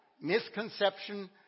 misconception